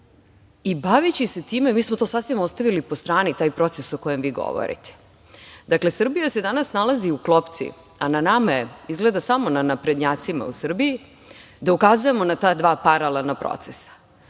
i baveći se time mi smo to sasvim ostavili po strani, taj proces o kojem vi govorite. Dakle, Srbija se danas nalazi u klopci, a na nama je izgleda, izgleda samo na naprednjacima u Srbiji, da ukazujemo na ta dva paralelna procesa.